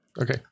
Okay